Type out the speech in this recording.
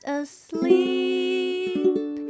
asleep